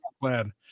plan